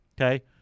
Okay